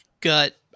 gut